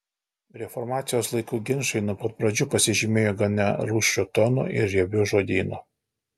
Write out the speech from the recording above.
reformacijos laikų ginčai nuo pat pradžių pasižymėjo gana rūsčiu tonu ir riebiu žodynu